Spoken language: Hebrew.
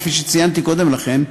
כפי שציינתי קודם לכן,